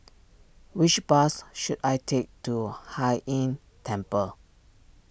which bus should I take to Hai Inn Temple